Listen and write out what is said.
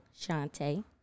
Shante